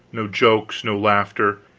no jokes, no laughter,